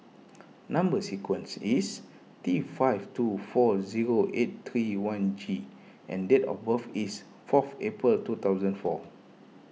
Number Sequence is T five two four zero eight three one G and date of birth is fourth April two thousand four